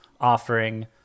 offering